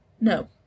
No